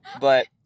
But-